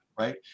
right